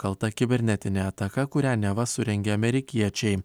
kalta kibernetinė ataka kurią neva surengė amerikiečiai